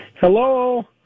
Hello